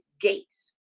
gates